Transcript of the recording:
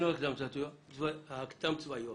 הקדם צבאיות